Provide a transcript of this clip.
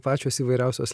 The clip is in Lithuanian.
pačios įvairiausios